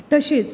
तशीच